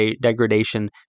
degradation